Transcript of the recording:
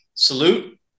Salute